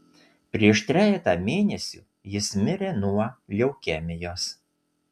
prieš trejetą mėnesių jis mirė nuo leukemijos